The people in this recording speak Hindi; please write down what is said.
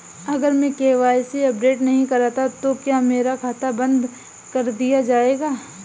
अगर मैं के.वाई.सी अपडेट नहीं करता तो क्या मेरा खाता बंद कर दिया जाएगा?